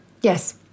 yes